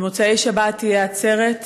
במוצאי שבת תהיה העצרת,